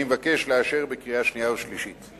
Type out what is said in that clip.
אני מבקש לאשר בקריאה שנייה ובקריאה שלישית.